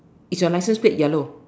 is your licence plate yellow